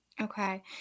Okay